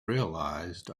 realized